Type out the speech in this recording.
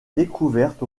découverte